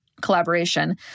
collaboration